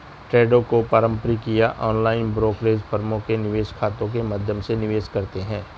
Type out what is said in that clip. ट्रेडों को पारंपरिक या ऑनलाइन ब्रोकरेज फर्मों के निवेश खातों के माध्यम से निवेश करते है